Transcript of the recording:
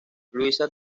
luisa